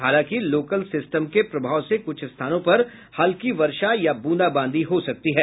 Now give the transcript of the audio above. हालांकि local system के प्रभाव से कुछ स्थानों पर हल्की वर्षा या ब्रंदाबांदी हो सकती है